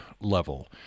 level